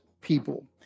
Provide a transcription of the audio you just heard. people